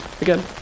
again